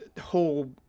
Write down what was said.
whole